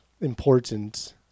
important